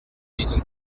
reason